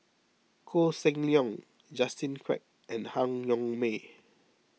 Koh Seng Leong Justin Quek and Han Yong May